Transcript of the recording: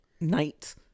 night